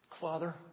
Father